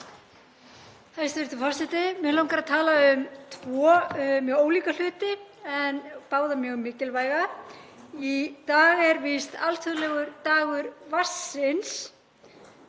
Hæstv. forseti. Mig langar að tala um tvo mjög ólíka hluti en báða mjög mikilvæga. Í dag er víst alþjóðlegur dagur vatnsins.